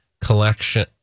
collection